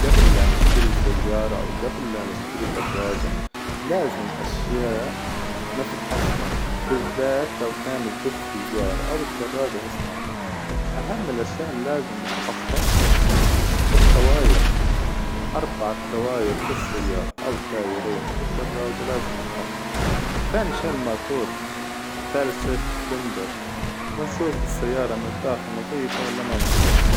قبل لا نشتري سيارة أو قبل لا نشتري دراجة لازم أشياء نفحصها بالذات لو كانت ذي السيارة أو الدراجة مستعملة، أهم الأشياء اللازم نفحصها التواير، أربعة تواير في السيارة أو تايرين في الدراجة لازم نفحصها، ثاني شي الماتور، ثالث شي السلندر، ونشوف السيارة من الداخل نظيفة ولا ما نظيفة.